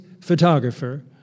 photographer